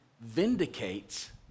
vindicates